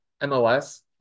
MLS